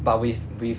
but with with